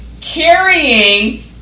carrying